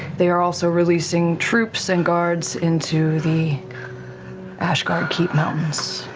they are also releasing troops and guards into the ashguard keep mountains,